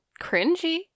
cringy